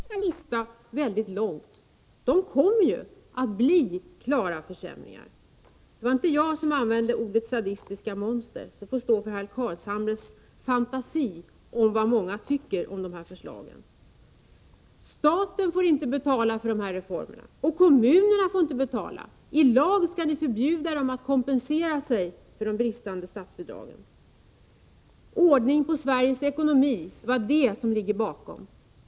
Herr talman! Om ni eftersträvar att försämra för de handikappade eller inte, vet jag ej. Men effekterna och konsekvenserna av alla de här förslagen, som man kan lista väldigt långt, kommer ju att bli klara försämringar. Det var inte jag som använde uttrycket ”sadistiska monster” — det får stå för herr Carlshamres fantasi och för vad många tycker om de här förslagen. Staten får inte betala för de här reformerna, och kommunerna får inte betala! I lag skall ni förbjuda dessa att kompensera sig för de bristande statsbidragen. Att åstadkomma ordning på Sveriges ekonomi är det som ligger bakom.